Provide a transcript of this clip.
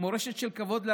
מורשת של כבוד לערכי המשפחה,